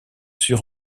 sûr